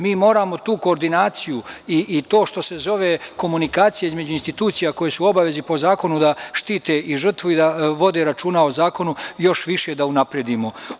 Mi moramo tu koordinaciju i to što se zove komunikacija između institucija, koje su u obavezi i po zakonu da štite žrtvu i da vode računa o zakonu, još više da unapredimo.